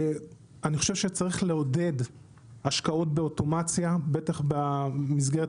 אני חושב שצריך לעודד את ההשקעות באוטומציה בטח במסגרת